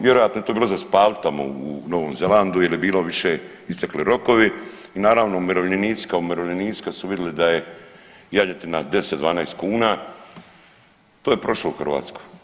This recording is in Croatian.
Vjerojatno je to bilo za spalit tamo u Novom Zelandu jel je bilo više istekli rokovi i naravno umirovljenici kao umirovljenici kad su vidjeli da je janjetina 10, 12 kuna to je prošlo u Hrvatskoj.